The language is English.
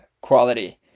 quality